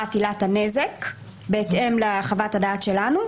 להעברת עילת הנזק בהתאם לחוות הדעת שלנו,